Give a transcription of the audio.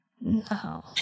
no